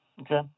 Okay